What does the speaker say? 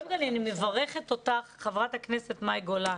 אני מברכת אותך חברת הכנסת מאי גולן.